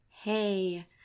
Hey